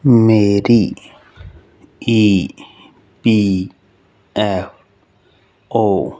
ਮੇਰੀ E P F ਓ